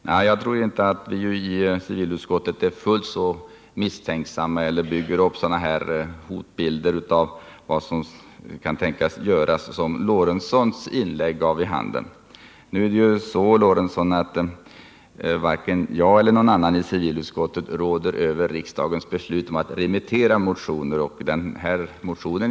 Vi bygger i civilutskottet inte upp några sådana hotbilder av vad som kan tänkas bli gjort som Gustav Lorentzon målade upp i sitt inlägg. Varken jag eller någon annan i civilutskottet råder över riksdagens beslut om att remittera motioner, Gustav Lorentzon.